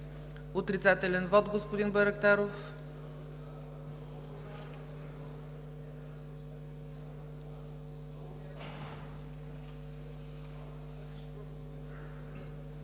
Отрицателен вот – господин Байрактаров.